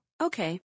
Okay